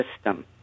system